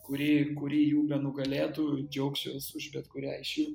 kuri kuri jų benugalėtų džiaugsiuos už bet kurią iš jų